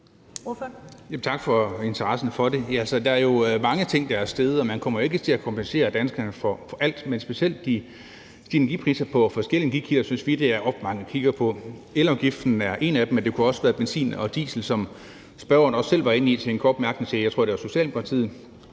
tak for interessen for det. Der er mange ting, der er steget, og man kommer jo ikke til at kompensere danskerne for alt, men specielt energipriser på forskellige energikilder synes vi det er oplagt at kigge på. Elafgiften er en af dem, men det kunne også være benzin og diesel, som spørgeren selv var inde på i en kort bemærkning til, jeg tror, det var Socialdemokratiet.